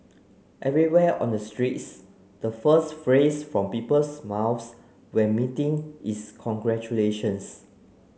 everywhere on the streets the first phrase from people's mouths when meeting is congratulations